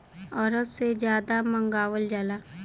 अरब से जादा मंगावल जाला